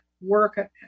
work